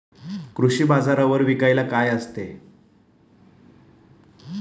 कृषी बाजारावर विकायला काय काय असते?